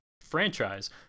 franchise